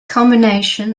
combination